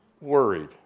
worried